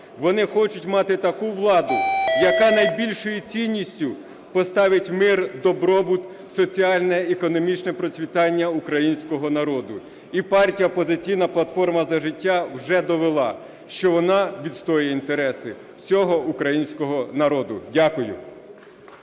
вони хочуть мати таку владу, яка найбільшою цінністю поставить мир, добробут, соціальне, економічне процвітання українського народу. І партія "Опозиційна платформа – За життя" вже довела, що вона відстоює інтереси всього українського народу. Дякую.